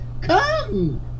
Come